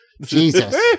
Jesus